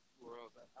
world